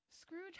Scrooge